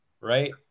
right